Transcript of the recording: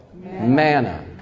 Manna